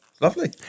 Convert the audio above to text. Lovely